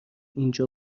اینجا